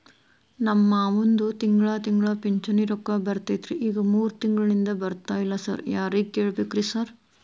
ನಮ್ ಮಾವಂದು ತಿಂಗಳಾ ತಿಂಗಳಾ ಪಿಂಚಿಣಿ ರೊಕ್ಕ ಬರ್ತಿತ್ರಿ ಈಗ ಮೂರ್ ತಿಂಗ್ಳನಿಂದ ಬರ್ತಾ ಇಲ್ಲ ಸಾರ್ ಯಾರಿಗ್ ಕೇಳ್ಬೇಕ್ರಿ ಸಾರ್?